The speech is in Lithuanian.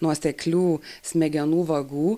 nuoseklių smegenų vagų